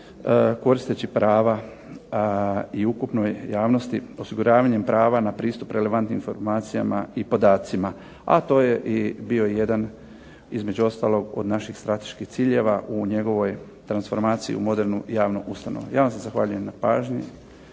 koristeći prava i ukupnoj javnosti osiguravanjem prava na pristup relevantnim informacijama i podacima, a to je i bio jedan između ostalog od naših strateških ciljeva u njegovoj transformaciji u modernu javnu ustanovu. Ja vam se zahvaljujem na pažnji